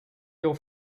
your